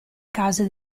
case